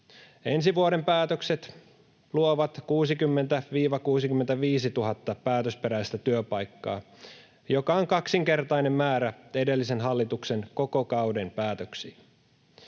Ensi vuoden päätökset luovat 60 000—65 000 päätösperäistä työpaikkaa, mikä on kaksinkertainen määrä edellisen hallituksen koko kauden päätöksiin.